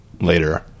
later